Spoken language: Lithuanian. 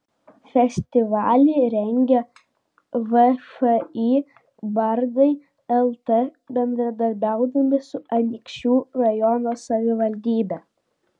festivalį rengia všį bardai lt bendradarbiaudami su anykščių rajono savivaldybe